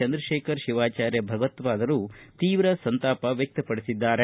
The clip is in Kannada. ಚಂದ್ರಶೇಖರ ಶಿವಾಚಾರ್ಯ ಭಗವತ್ಪಾದರು ತೀವ್ರ ಸಂತಾಪ ವ್ಯಕ್ತಪಡಿಸಿದ್ದಾರೆ